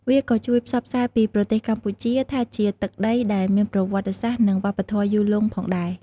វាក៏ជួយផ្សព្វផ្សាយពីប្រទេសកម្ពុជាថាជាទឹកដីដែលមានប្រវត្តិសាស្ត្រ និងវប្បធម៌យូរលង់ផងដែរ។